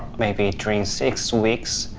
maybe during six weeks.